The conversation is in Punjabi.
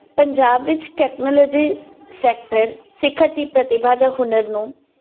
ਪੰਜਾਬ ਵਿੱਚ ਟੈਕਨੋਲੋਜੀ ਸੈਕਟਰ ਸਿਖਰ ਦੀ ਪ੍ਰਤਿਭਾ ਜਾਂ ਹੁਨਰ ਨੂੰ